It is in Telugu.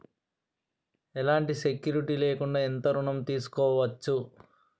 ఎలాంటి సెక్యూరిటీ లేకుండా ఎంత ఋణం తీసుకోవచ్చు?